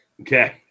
Okay